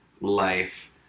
life